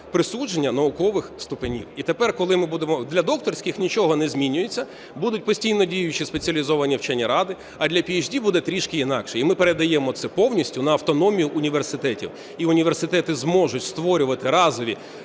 присудження наукових ступенів. І тепер, коли ми будемо… для докторських нічого не змінюється, будуть постійно діючі спеціалізовані вчені ради, а для PhD буде трішки інакше, і ми передаємо це повністю на автономію університетів. І університети зможуть створювати разові